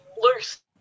loose